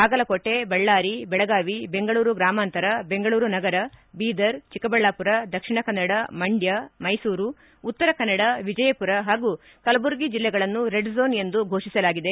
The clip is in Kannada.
ಬಾಗಲಕೋಟೆ ಬಳ್ಳಾರಿ ಬೆಳಗಾವಿ ಬೆಂಗಳೂರು ಗ್ರಾಮಾಂತರ ಬೆಂಗಳೂರು ನಗರ ಬೀದರ್ ಚಿಕ್ಕಬಳ್ಯಾಪುರ ದಕ್ಷಿಣ ಕನ್ನಡ ಮಂಡ್ಕ ಮೈಸೂರು ಉತ್ತರ ಕನ್ನಡ ವಿಜಯಪುರ ಹಾಗೂ ಕಲಬುರಗಿ ಜಿಲ್ಲೆಗಳನ್ನು ರೆಡ್ ಝೋನ್ ಎಂದು ಘೋಷಿಸಲಾಗಿದೆ